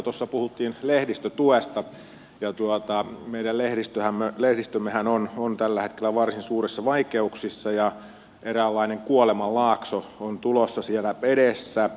tuossa puhuttiin lehdistötuesta ja meidän lehdistömmehän on tällä hetkellä varsin suurissa vaikeuksissa ja eräänlainen kuolemanlaakso on tulossa siellä edessä